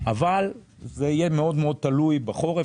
אבל זה יהיה מאוד-מאוד תלוי בחורף.